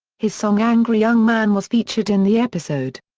his song angry young man was featured in the episode.